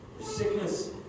Sickness